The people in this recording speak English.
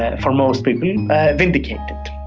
ah for most people, vindicated